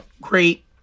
great